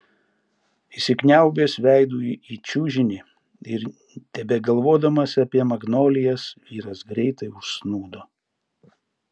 įsikniaubęs veidu į čiužinį ir tebegalvodamas apie magnolijas vyras greitai užsnūdo